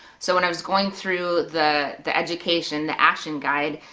so when i was going through the the education, the action guide,